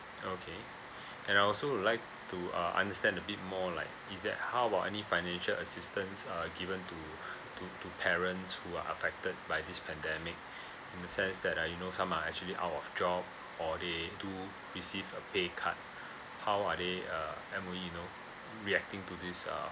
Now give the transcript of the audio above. okay and I also would like to uh understand a bit more like is there how about any financial assistance uh given to to to parents who are affected by this pandemic in a sense that uh you know some are actually out job or they do receive a pay cut how are they uh M_O_E you know reacting to this uh